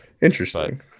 Interesting